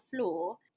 floor